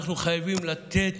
אנחנו חייבים לתת